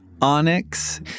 Onyx